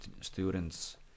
students